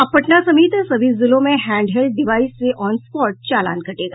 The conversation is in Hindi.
अब पटना समेत सभी जिलों में हैंड हेल्ड डिवाईस से ऑनस्पॉट चालान कटेगा